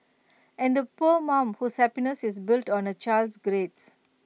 and the poor mum whose happiness is built on A child's grades